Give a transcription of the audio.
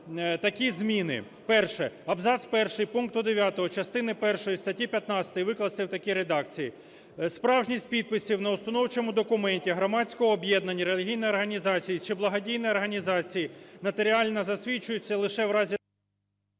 такі зміни: Перше. Абзац перший пункту 9 частини першої статті 15 викласти в такій редакції: "Справжність підписів на установчому документі громадського об'єднання, релігійної організації чи благодійної організації нотаріально засвідчуються лише в разі…"